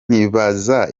nkibaza